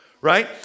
right